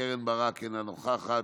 קרן ברק, אינה נוכחת,